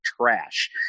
trash